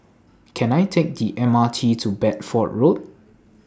Can I Take The M R T to Bedford Road